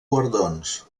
guardons